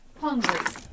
hungry